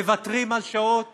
מוותרים על שעות